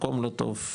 מקום לא טוב,